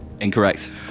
Incorrect